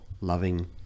loving